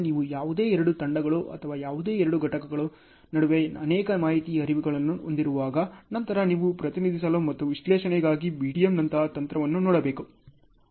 ನೀವು ಯಾವುದೇ ಎರಡು ತಂಡಗಳು ಅಥವಾ ಯಾವುದೇ ಎರಡು ಘಟಕಗಳ ನಡುವೆ ಅನೇಕ ಮಾಹಿತಿ ಹರಿವುಗಳನ್ನು ಹೊಂದಿರುವಾಗ ನಂತರ ನೀವು ಪ್ರತಿನಿಧಿಸಲು ಮತ್ತು ವಿಶ್ಲೇಷಣೆಗಾಗಿ BDM ನಂತಹ ತಂತ್ರವನ್ನು ನೋಡಬೇಕು